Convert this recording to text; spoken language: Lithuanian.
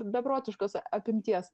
beprotiškos apimties